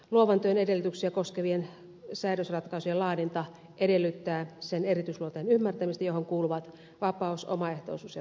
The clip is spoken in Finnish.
luovan työn edellytyksiä koskevien säädösratkaisujen laadinta edellyttää sen erityisluonteen ymmärtämistä johon kuuluvat vapaus omaehtoisuus ja turvallisuus